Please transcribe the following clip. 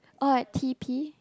oh at T_P